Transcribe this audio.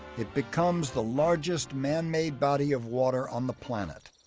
it becomes the largest man-made body of water on the planet.